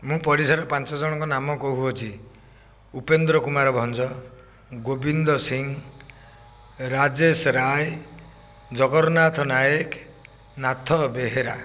ମୁଁ ପଡ଼ିଶା ପାଞ୍ଚଜଣଙ୍କ ନାମ କହୁଅଛି ଉପେନ୍ଦ୍ର କୁମାର ଭଞ୍ଜ ଗୋବିନ୍ଦ ସିଂ ରାଜେଶ ରାୟ ଜଗନ୍ନାଥ ନାୟକ ନାଥ ବେହେରା